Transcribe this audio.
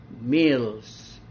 meals